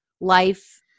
life